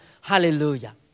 Hallelujah